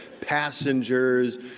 passengers